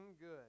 good